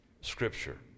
scripture